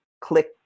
click